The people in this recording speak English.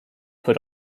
put